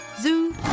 Zoo